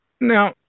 Now